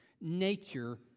nature